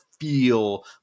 feel